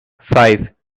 five